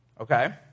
Okay